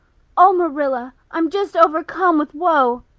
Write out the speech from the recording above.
oh, marilla, i'm just overcome with woe.